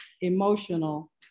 emotional